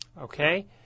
Okay